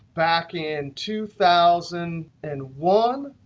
back in two thousand and one,